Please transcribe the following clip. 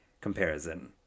comparison